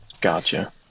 Gotcha